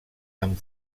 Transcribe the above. amb